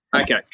Okay